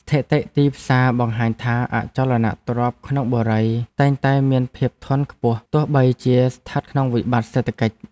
ស្ថិតិទីផ្សារបង្ហាញថាអចលនទ្រព្យក្នុងបុរីតែងតែមានភាពធន់ខ្ពស់ទោះបីជាស្ថិតក្នុងវិបត្តិសេដ្ឋកិច្ច។